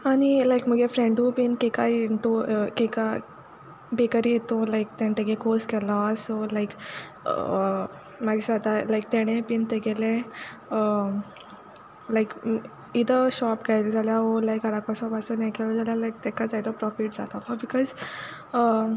आनी लायक म्हुगे फ्रेंडूय बी कॅका इंटू कॅका बेकरी इंतू लायक तेण तेगे कॉर्स केला सो लायक म्हाका दिसोता लायक तेणें बीन तेगेलें लायक इधर शॉप घायल जाल्यार ओ लायक घाराकोसोन पासूं हें केल जाल्यार लायक तेका जायतो प्रोफीट जातालो बिकोझ